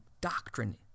doctrine